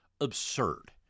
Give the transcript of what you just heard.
Absurd